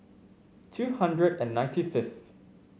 two hundred and ninety fifth